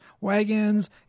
wagons